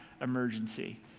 emergency